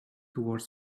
toward